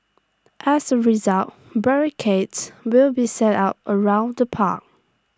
as A result barricades will be set up around the park